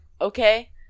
Okay